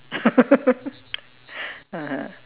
(uh huh)